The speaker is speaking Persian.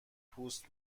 پوست